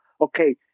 okay